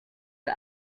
the